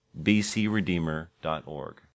bcredeemer.org